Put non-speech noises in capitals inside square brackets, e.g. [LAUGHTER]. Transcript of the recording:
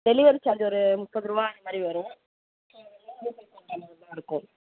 delivery charge ஒரு முப்பது ரூபா அந்த மாதிரி வரும் [UNINTELLIGIBLE] இருக்கும்